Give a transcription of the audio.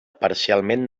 parcialment